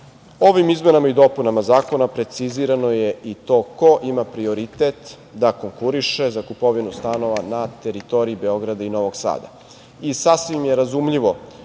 tamo. Ovim izmenama i dopunama zakona, precizirano je i to ko ima prioritet da konkuriše za kupovinu stanova, na teritoriji Beograda i Novog Sada.